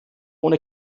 ohne